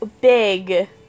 big